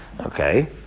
Okay